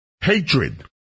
hatred